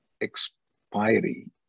expiry